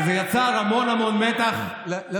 שזה יצר המון המון מתח בקרב,